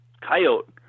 coyote